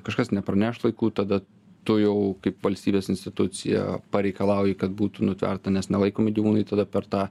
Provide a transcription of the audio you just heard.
kažkas neparneš laiku tada tu jau kaip valstybės institucija pareikalauji kad būtų nutverta nes nelaikomi gyvūnai tada per tą